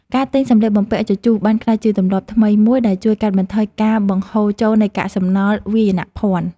ការទិញសម្លៀកបំពាក់ជជុះបានក្លាយជាទម្លាប់ថ្មីមួយដែលជួយកាត់បន្ថយការបង្ហូរចូលនៃកាកសំណល់វាយនភ័ណ្ឌ។